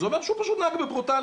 זה אומר שהוא פשוט נהג בברוטאליות.